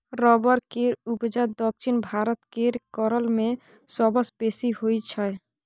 rubber केर उपजा दक्षिण भारत केर केरल मे सबसँ बेसी होइ छै